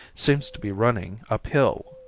seems to be running uphill.